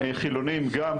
החילונים גם,